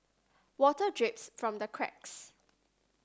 water drips from the cracks